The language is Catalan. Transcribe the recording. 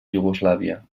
iugoslàvia